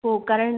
हो कारण